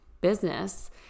business